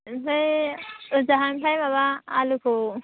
ओमफाय ओजाहानिफाय माबा आलुखौ